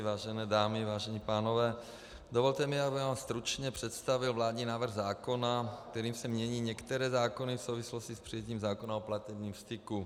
Vážené dámy, vážení pánové, dovolte mi, abych vám stručně představil Vládní návrh zákona, kterým se mění některé zákony v souvislosti s přijetím zákona o platebním styku.